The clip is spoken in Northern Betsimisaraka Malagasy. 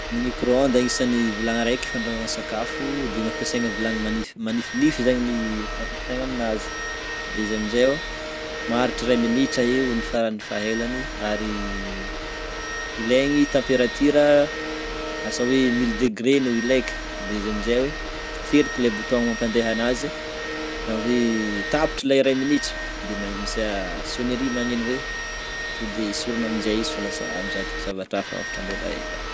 Ny micro-ondes anisan'ny vilagny reky fandrahoagna sakafo de ampesegna vilagny manify, manifinify zegny vilagny ampesaina amin'azy de izy amize ô maharitra iray minitra eo ny farany faha elany ary ilegny ny température asa hoe mille degrés no ilaiko de izy amize hoe potseriko le bouton mampandeha agnazy zany hoe tapitra ialay iray minitra de misy sonnerie magneno hoe, to de esorina amize izy fa lasa mivadik zavatra hafa raha ôhatra ambela ela.